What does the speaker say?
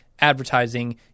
advertising